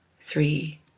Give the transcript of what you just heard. three